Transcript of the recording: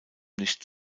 nicht